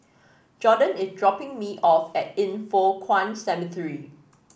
Jordon is dropping me off at Yin Foh Kuan Cemetery